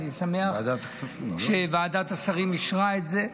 ואני שמח שוועדת השרים אישרה את זה.